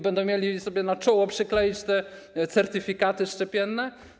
Będą musieli sobie na czoło przykleić te certyfikaty szczepienne?